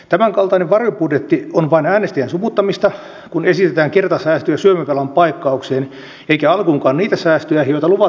tämänkaltainen varjobudjetti on vain äänestäjien sumuttamista kun esitetään kertasäästöjä syömävelan paikkaukseen eikä alkuunkaan niitä säästöjä joita luvattiin ennen vaaleja